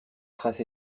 trace